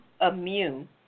immune